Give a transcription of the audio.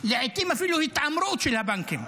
לעיתים אפילו התעמרות של הבנקים.